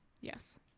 Yes